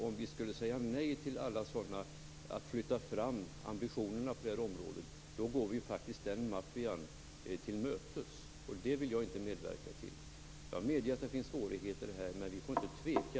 Om vi skulle säga nej till att flytta fram ambitionerna på detta område går vi faktiskt den maffian till mötes. Det vill jag inte medverka till. Jag medger att det finns svårigheter här. Men vi får inte tveka.